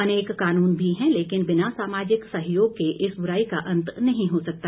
अनेक कानून भी हैं लेकिन बिना सामाजिक सहयोग के इस बुराई का अंत नहीं हो सकता